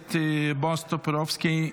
הכנסת בועז טופורובסקי,